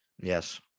Yes